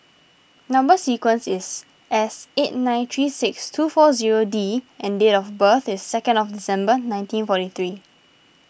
Number Sequence is S eight nine three six two four zero D and date of birth is second of December nineteen forty three